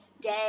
day